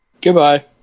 Goodbye